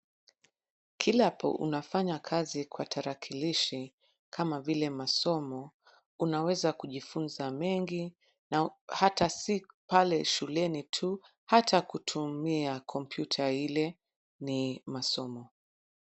Kilapo unafanya kazi kwa tarakilishi kama vile masomo, unaweza kujifunza mengi na hata si pale shule tu, hata kutumia kompyuta ile ni masomo.